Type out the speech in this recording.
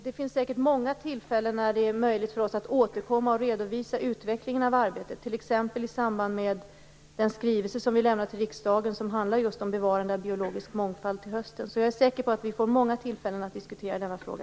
Det finns säkert många tillfällen då det är möjligt för oss att återkomma och redovisa utvecklingen av arbetet, t.ex. i samband med den skrivelse som vi lämnar till riksdagen under hösten och som handlar just om bevarande av biologisk mångfald. Jag är säker på att vi får många tillfällen att diskutera denna fråga.